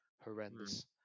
horrendous